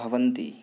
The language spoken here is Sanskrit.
भवन्ति